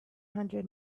hundred